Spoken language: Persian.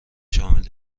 شامل